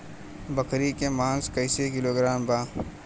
बकरी के मांस कईसे किलोग्राम बा?